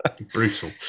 Brutal